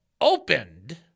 opened